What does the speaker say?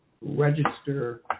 register